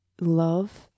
love